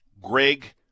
greg